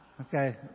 Okay